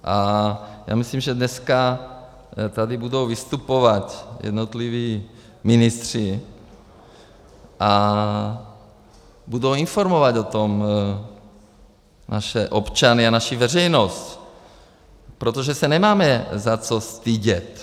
A já myslím, že dneska tady budou vystupovat jednotliví ministři a budou informovat o tom naše občany a naši veřejnost, protože se nemáme za co stydět.